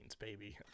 baby